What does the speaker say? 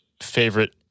favorite